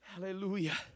Hallelujah